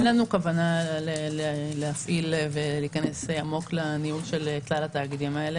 אין לנו כוונה להפעיל ולהיכנס עמוק לניהול של התאגידים האלה.